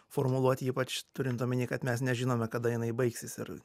formuluot ypač turint omeny kad mes nežinome kada jinai baigsis ir